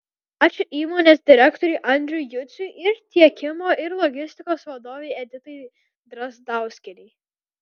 ačiū įmonės direktoriui andriui juciui ir tiekimo ir logistikos vadovei editai drazdauskienei